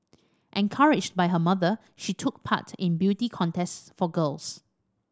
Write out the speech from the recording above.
encouraged by her mother she took part in beauty contests for girls